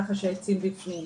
ככה שהעצים בפנים.